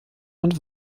und